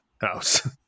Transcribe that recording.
house